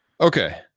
Okay